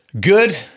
good